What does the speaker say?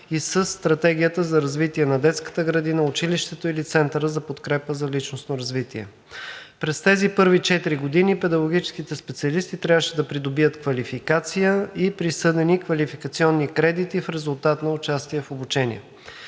и със стратегията за развитие на детската градина, училището или центъра за подкрепа за личностно развитие. През тези първи четири години педагогическите специалисти трябваше да придобият квалификация и присъдени квалификационни кредити в резултат на участие в обучения.